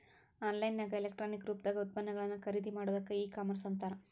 on line ನ್ಯಾಗ electronic ರೂಪ್ದಾಗ್ ಉತ್ಪನ್ನಗಳನ್ನ ಖರಿದಿಮಾಡೊದಕ್ಕ ಇ ಕಾಮರ್ಸ್ ಅಂತಾರ